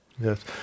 Yes